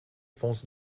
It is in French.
fonce